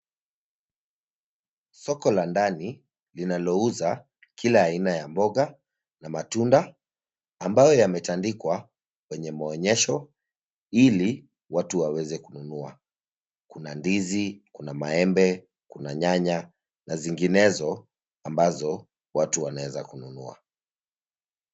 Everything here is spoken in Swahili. Soko la ndani linalouza kila aina ya mboga na matunda ambao yametandikwa kwenye maonyesho ili watu waweze kununua. Kuna ndizi, kuna maembe, kuna nyanya na zinginezo ambazo watu wanaeza kununua.